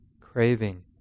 craving